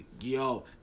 Yo